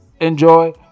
Enjoy